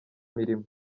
mirimo